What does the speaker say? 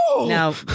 Now